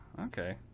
okay